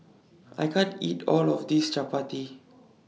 I can't eat All of This Chapati